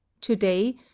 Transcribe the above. today